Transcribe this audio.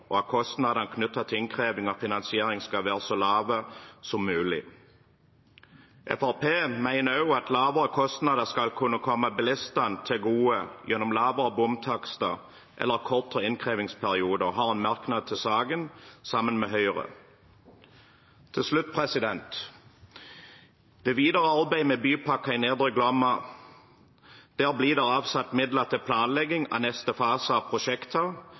og at kostnadene knyttet til innkreving og finansiering skal være så lave som mulig. Fremskrittspartiet mener også at lavere kostnader vil kunne komme bilistene til gode gjennom lavere bompengetakster eller kortere innkrevingsperiode, og har en merknad sammen med Høyre om dette. Til slutt: Når det gjelder det videre arbeidet med Bypakke Nedre Glomma, blir det avsatt midler til planlegging av neste fase av